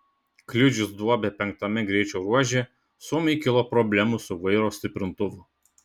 kliudžius duobę penktame greičio ruože suomiui kilo problemų su vairo stiprintuvu